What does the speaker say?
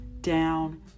down